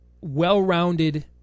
well-rounded